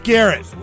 Garrett